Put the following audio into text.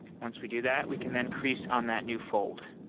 once we do that, we can then crease on that new fold